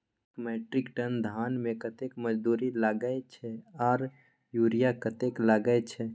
एक metric ton धान में कतेक मजदूरी लागे छै आर यूरिया कतेक लागे छै?